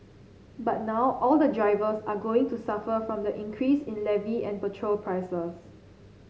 but now all the drivers are going to suffer from the increase in levy and petrol prices